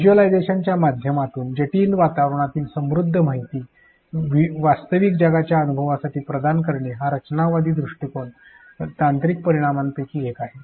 व्हिज्युअलायझेशनच्या माध्यमातून जटिल वातावरणाविषयी समृद्ध माहिती वास्तविक जगाच्या अनुभवासाठी प्रदान करणे हा रचनावादी दृष्टिकोनातील तांत्रिक परिणामांपैकी एक आहे